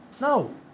No